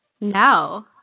No